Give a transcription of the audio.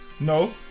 No